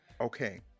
Okay